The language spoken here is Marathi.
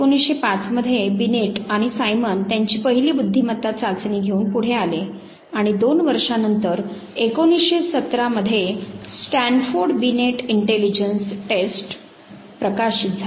1905 मध्ये बिनेट आणि सायमन त्यांची पहिली बुद्धिमत्ता चाचणी घेऊन पुढे आले आणि दोन वर्षांनंतर 1917 मध्ये 'स्टॅनफोर्ड बिनेट इंटेलिजन्स टेस्ट' प्रकाशित झाली